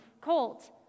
colt